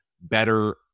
better